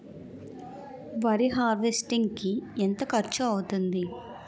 వరి హార్వెస్టింగ్ కి ఎంత ఖర్చు అవుతుంది?